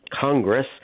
Congress